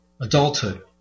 adulthood